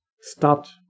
stopped